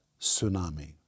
tsunami